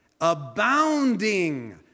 Abounding